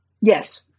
Yes